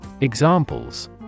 Examples